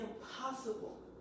impossible